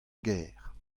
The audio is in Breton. gêr